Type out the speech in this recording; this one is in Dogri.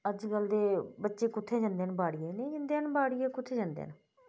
अज्जकल दे बच्चे कुत्थें जंदे बाड़िया कदें बी नेईं जंदे बाड़िया कुत्थै जंदे